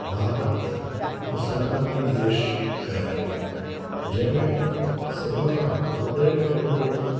भारत हिकु सनातनी देशु आहे जंहिं में सभ खां वॾे में वॾो ॾिणु